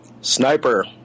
Sniper